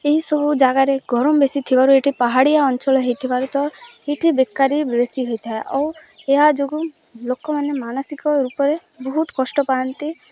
ଏହିସବୁ ଜାଗାରେ ଗରମ ବେଶୀ ଥିବାରୁ ଏଠି ପାହାଡ଼ିଆ ଅଞ୍ଚଳ ହେଇଥିବାରୁ ତ ଏଠି ବେକାରୀ ବେଶୀ ହୋଇଥାଏ ଆଉ ଏହା ଯୋଗୁଁ ଲୋକମାନେ ମାନସିକ ରୂପରେ ବହୁତ କଷ୍ଟ ପାଆନ୍ତି